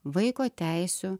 vaiko teisių